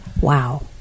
Wow